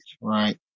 right